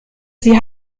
sie